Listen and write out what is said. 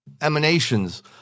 emanations